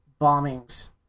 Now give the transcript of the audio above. bombings